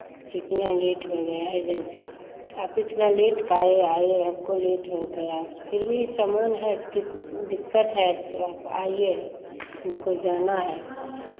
से इतना लेट हो गया एजेंसी आप इतना लेट काहे आए आपको लेट हो गया फिर भी सामान है तो की दिक्कत है सो आप आइए हमको जाना है